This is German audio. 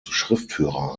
schriftführer